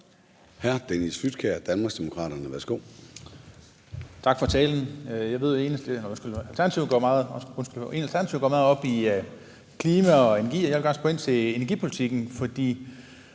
15:38 Dennis Flydtkjær (DD): Tak for talen. Jeg ved jo, at Alternativet går meget op i klima og energi, og jeg vil gerne spørge ind til energipolitikken. For